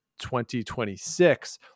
2026